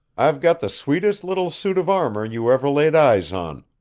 i've got the sweetest little suit of armor you ever laid eyes on,